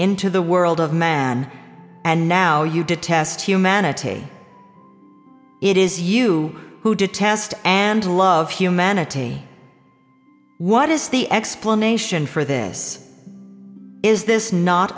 into the world of man and now you detest humanity it is you who detest and love humanity what is the explanation for this is this not